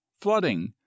flooding